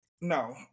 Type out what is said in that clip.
No